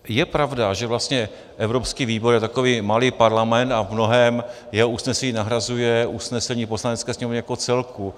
Je pravda, že vlastně evropský výbor je takový malý parlament a v mnohém jeho usnesení nahrazuje usnesení Poslanecké sněmovny jako celku.